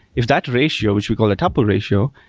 if that ratio, which we call the topple ratio,